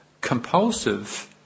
compulsive